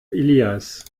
ilias